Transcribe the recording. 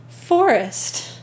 Forest